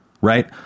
right